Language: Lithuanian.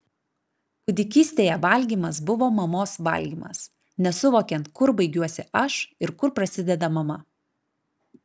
kūdikystėje valgymas buvo mamos valgymas nesuvokiant kur baigiuosi aš ir kur prasideda mama